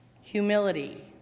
humility